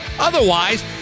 Otherwise